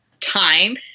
time